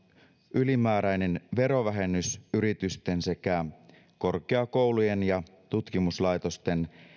ylimääräinen verovähennys yritysten sekä korkeakoulujen ja tutkimuslaitosten